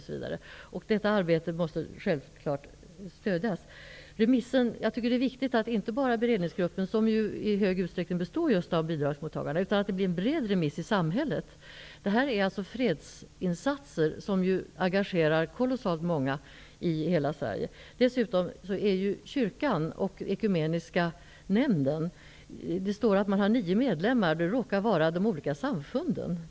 Självfallet måste detta arbete stödjas. Det är viktigt att inte bara beredningsgruppen, som i hög utsträckning består av bidragsmottagare, behandlar frågan, utan att frågan går ut på en bred remiss i samhället. Det handlar här om fredsinsatser som engagerar kolossalt många i hela Sverige. I utredningen står det att kyrkan och den ekumeniska nämnden har nio medlemmar, men det är de olika samfunden.